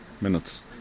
minutes